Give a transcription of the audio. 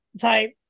type